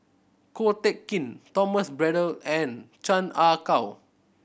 Ko Teck Kin Thomas Braddell and Chan Ah Kow